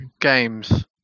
games